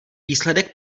výsledek